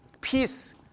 Peace